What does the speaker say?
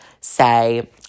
say